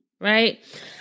right